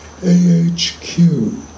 AHQ